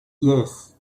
yes